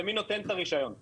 כן ומי נותן את הרישיון הזה?